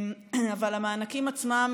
אבל המענקים עצמם